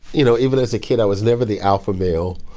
you know even as a kid i was never the alpha male.